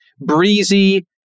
breezy